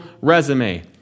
resume